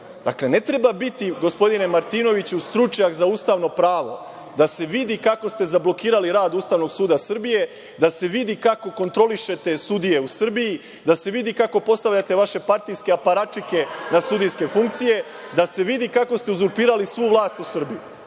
vodi. Dakle, ne treba biti, gospodine Martinoviću, stručnjak za ustavno pravo da se vidi kako ste zablokirali rad Ustavnog suda Srbije, da se vidi kako kontrolišete sudije u Srbiji, da se vidi kako postavljate vaše partijske aparačike na sudijske funkcije, da se vidi kako ste uzurpirali svu vlast u Srbiji.